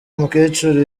mukecuru